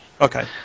Okay